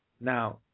Now